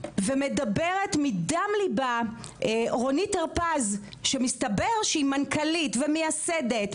ומדברת מדם ליבה רונית הרפז שמסתבר שהיא מנכ"לית ומייסדת,